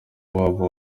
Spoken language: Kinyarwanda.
wabo